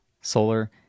Solar